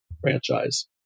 franchise